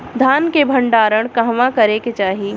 धान के भण्डारण कहवा करे के चाही?